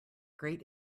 great